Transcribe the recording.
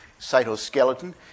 cytoskeleton